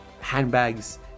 handbags